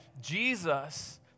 Jesus